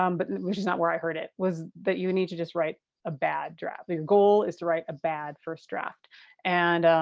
um but and which is not where i heard it, was that you need to just write a bad draft. your goal is to write a bad first draft and